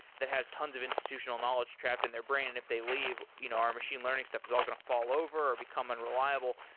that has tons of institutional knowledge trapped in their brain, and if they leave our machine learning stuff is all going to fall over or become unreliable.